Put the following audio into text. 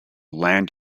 land